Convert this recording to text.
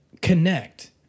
connect